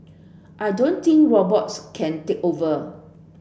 I don't think robots can take over